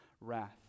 wrath